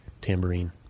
tambourine